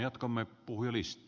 arvoisa puhemies